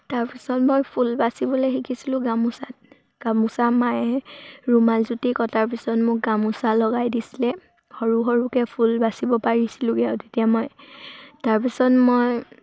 তাৰপিছত মই ফুল বাচিবলৈ শিকিছিলোঁ গামোচাত গামোচা মায়ে ৰুমাল যুতি কটাৰ পিছত মোক গামোচা লগাই দিছিলে সৰু সৰুকৈ ফুল বাচিব পাৰিছিলোঁগে আৰু তেতিয়া মই তাৰপিছত মই